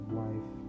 wife